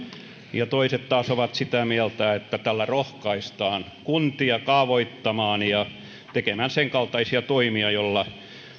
ja toiset taas ovat sitä mieltä että tällä rohkaistaan kuntia kaavoittamaan ja tekemään senkaltaisia toimia joilla